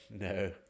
No